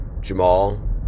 Jamal